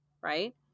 right